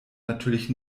natürlich